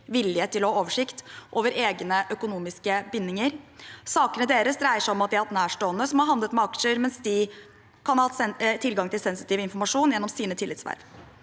vilje til å ha oversikt, over egne økonomiske bindinger. Sakene deres dreier seg om at de har hatt nærstående som har handlet aksjer mens de kan ha hatt tilgang til sensitiv informasjon gjennom sine tillitsverv.